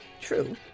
True